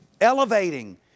elevating